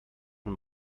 von